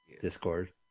Discord